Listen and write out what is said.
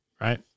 right